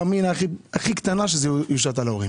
אמינא הכי קטנה שזה יושת על ההורים.